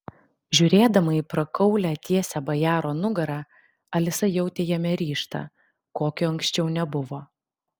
žiūrėdama į prakaulią tiesią bajaro nugarą alisa jautė jame ryžtą kokio anksčiau nebuvo